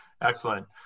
excellent